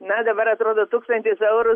na dabar atrodo tūkstantis eurų